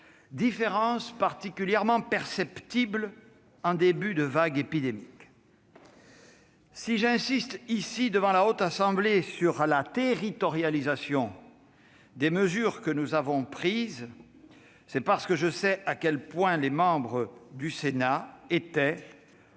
étaient particulièrement perceptibles en début de vague épidémique. Si j'insiste ici, devant la Haute Assemblée, sur la territorialisation des mesures que nous avons prises, c'est parce que je sais à quel point les membres du Sénat étaient,